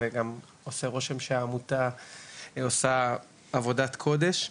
וגם עושה רושם שהעמותה עושה עבודת קודש.